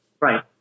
Right